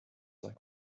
like